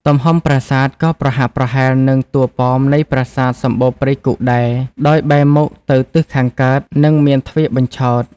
ទំហំប្រាសាទក៏ប្រហាក់ប្រហែលនឹងតួប៉មនៃប្រាសាទសម្បូរព្រៃគុកដែរ ដោយបែរមុខទៅទិសខាងកើត និងមានទ្វារបញ្ឆោត។